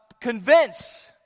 convince